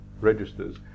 registers